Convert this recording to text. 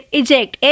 eject